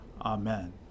Amen